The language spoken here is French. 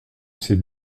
ces